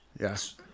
Yes